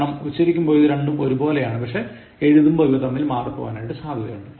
കാരണം ഉച്ചരിക്കുമ്പോൾ ഇതു രണ്ടും ഒരു പോലെയാണ് പക്ഷേ എഴുതുമ്പോൾ ഇവ തമ്മിൽ മാറിപ്പോകാൻ സാധ്യതയുണ്ട്